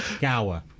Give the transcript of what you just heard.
Gower